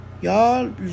Y'all